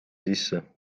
sisse